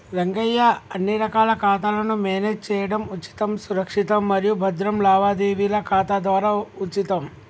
రంగయ్య అన్ని రకాల ఖాతాలను మేనేజ్ చేయడం ఉచితం సురక్షితం మరియు భద్రం లావాదేవీల ఖాతా ద్వారా ఉచితం